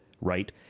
right